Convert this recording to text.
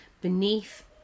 Beneath